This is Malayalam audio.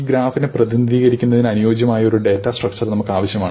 ഈ ഗ്രാഫിനെ പ്രതിനിധീകരിക്കുന്നതിന് അനുയോജ്യമായ ഒരു ഡാറ്റ സ്ട്രക്ചർ നമുക്ക് ആവശ്യമാണ്